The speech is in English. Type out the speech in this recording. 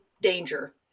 danger